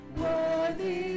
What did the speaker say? worthy